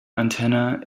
antenna